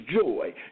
joy